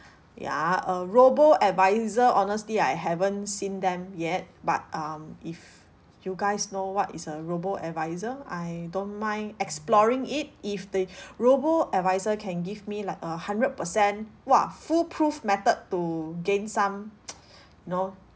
ya uh robo advisor honestly I haven't seen them yet but um if you guys know what is a robo advisor I don't mind exploring it if the robo advisor can give me like a hundred percent !wah! foolproof method to gain some you know